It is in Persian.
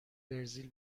برزیل